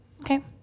Okay